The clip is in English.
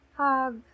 hug